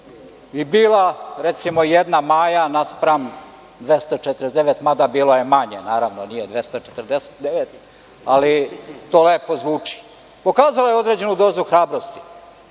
i bila, recimo, jedna Maja naspram 249, mada je bilo manje, nije 249, ali to lepo zvuči. Pokazala je određenu dozu hrabrosti.